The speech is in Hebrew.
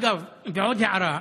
אגב, עוד הערה: